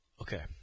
Okay